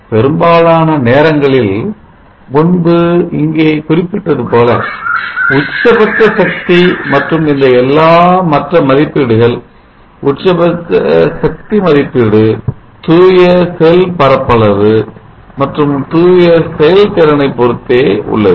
பெரும்பாலான நேரங்களில் முன்பு இங்கே குறிப்பிட்டது போல உச்சபட்ச சக்தி மற்றும் இந்த எல்லா மற்ற மதிப்பீடுகள் உச்சபட்ச சக்தி மதிப்பீடு தூய செல் பரப்பளவு மற்றும் தூய செயல்திறனை பொறுத்தே உள்ளது